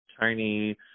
tiny